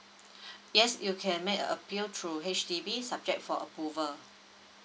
yes you can make an appeal through H_D_B subject for approval